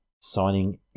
signing